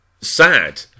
sad